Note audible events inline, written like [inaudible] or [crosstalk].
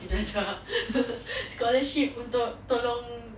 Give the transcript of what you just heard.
kejadah [laughs] scholarship untuk tolong